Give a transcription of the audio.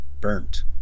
burnt